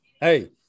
Hey